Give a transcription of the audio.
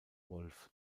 wolf